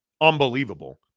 unbelievable